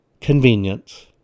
Convenience